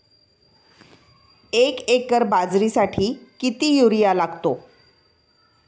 एक एकर बाजरीसाठी किती युरिया लागतो?